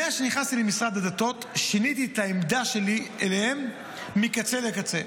מאז שנכנסתי למשרד הדתות שיניתי את העמדה שלי כלפיהם מקצה לקצה,